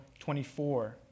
24